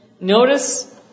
Notice